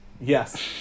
Yes